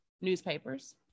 newspapers